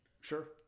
Sure